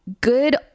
good